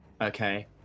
okay